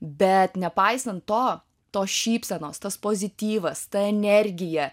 bet nepaisant to tos šypsenos tas pozityvas ta energija